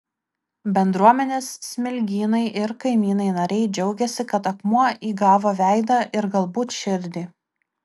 bendruomenės smilgynai ir kaimynai nariai džiaugiasi kad akmuo įgavo veidą ir galbūt širdį